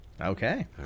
okay